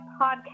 podcast